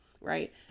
Right